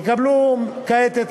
יקבלו כעת את